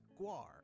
Guar